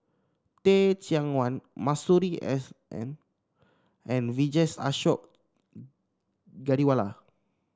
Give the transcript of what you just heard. Teh Cheang Wan Masuri S N and Vijesh Ashok Ghariwala